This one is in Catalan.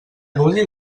gaudir